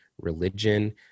religion